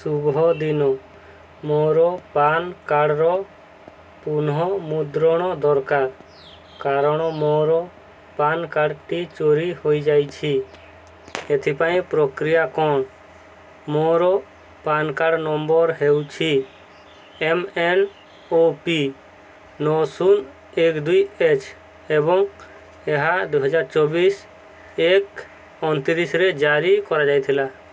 ଶୁଭଦିନ ମୋର ପାନ୍ କାର୍ଡ଼୍ର ପୁନଃମୁଦ୍ରଣ ଦରକାର କାରଣ ମୋର ପାନ୍ କାର୍ଡ଼୍ଟି ଚୋରି ହେଇଯାଇଛି ଏଥିପାଇଁ ପ୍ରକ୍ରିୟା କ'ଣ ମୋର ପାନ୍ କାର୍ଡ଼୍ ନମ୍ବର୍ ହେଉଛି ଏମ୍ ଏନ୍ ଓ ପି ନଅ ଶୂନ ଏକ ଦୁଇ ଏଚ୍ ଏବଂ ଏହା ଦୁଇହଜାର ଚବିଶ ଏକ ଅଣତିରିଶରେ ଜାରି କରାଯାଇଥିଲା